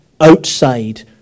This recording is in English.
outside